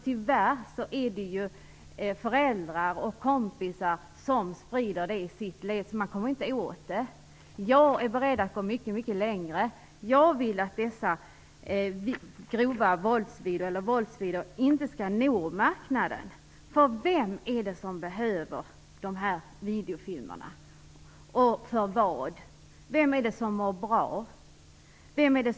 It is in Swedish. Tyvärr är det föräldrar och kompisar som står för spridningen, och det kommer man inte kommer åt. Jag är beredd att gå mycket längre. Jag vill att våldsvideor inte skall få nå ut på marknaden. Vem behöver dessa videofilmer? Vem mår bra av dem?